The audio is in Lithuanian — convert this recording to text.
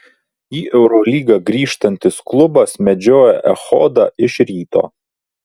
į eurolygą grįžtantis klubas medžioja echodą iš ryto